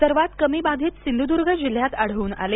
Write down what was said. सर्वांत कमी बाधित सिंधुद्र्ग जिल्ह्यात आढळून आले